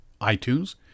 iTunes